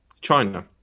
China